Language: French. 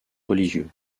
religieux